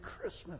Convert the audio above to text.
Christmas